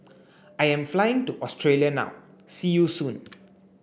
I am flying to Australia now see you soon